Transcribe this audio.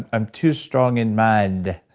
i'm too strong in mind.